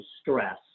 stress